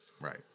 Right